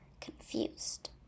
confused